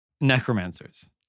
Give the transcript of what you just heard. Necromancers